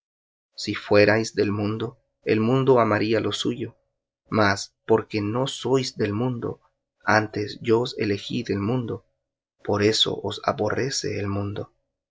si fuerais del mundo el mundo amaría lo suyo mas porque no sois del mundo antes yo os elegí del mundo por eso os aborrece el mundo